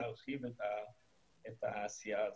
להרחיב את העשייה הזאת.